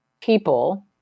people